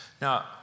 Now